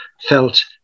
felt